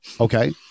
Okay